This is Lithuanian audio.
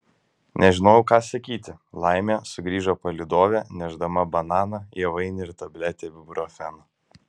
nežinojau ką sakyti laimė sugrįžo palydovė nešdama bananą javainį ir tabletę ibuprofeno